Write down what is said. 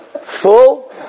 full